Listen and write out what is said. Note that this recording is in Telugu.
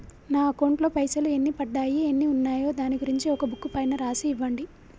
నా అకౌంట్ లో పైసలు ఎన్ని పడ్డాయి ఎన్ని ఉన్నాయో దాని గురించి ఒక బుక్కు పైన రాసి ఇవ్వండి?